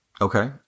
Okay